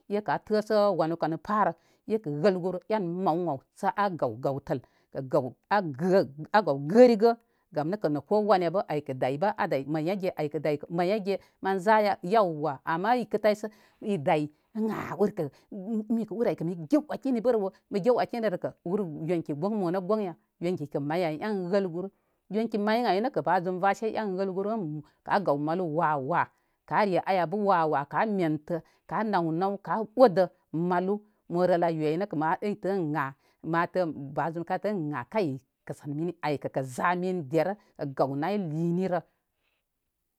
Ekə a təsə wanu kay parə ekə wəl guru en maw ən aw sə a gaw gawtəl a gəw gərigə. Gam nəkə nə kowana bə aykə dayba a day mayya ge aykə day mayyage mə zaya yawa. Ama i kə tay sə one day urkə mimikə ur ay kə mi gew wəkini bərəwo. Mə gew wəkinirəkə ur yonki goŋ mo nə goŋ ya? Yonki may ən ay en wəl guru. Yonki may ən ay nəkə. Ba zum vase en wəl guru ən ka a gaw malu wa' wa' ka are aya bə wa' wa' kə a mentə kə a naw naw kə a odə malu mo rəl an yu ay nəkə ma əytə ə hh. Matə ba zum kə ə hh kay kəsən mini aykə kə za min derə. Kə gaw nay liikə minirə.